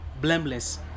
blameless